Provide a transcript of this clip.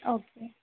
okay